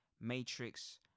matrix